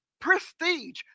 prestige